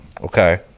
okay